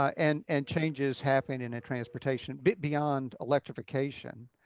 and and changes happening in a transportation bit beyond electrification.